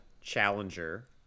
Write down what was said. challenger